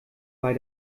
bei